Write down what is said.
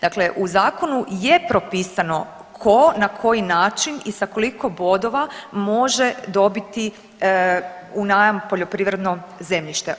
Dakle, u zakonu je propisano tko, na koji način i sa koliko bodova može dobiti u najam poljoprivredno zemljište.